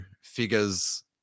figures